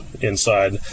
inside